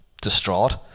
distraught